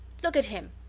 look at him!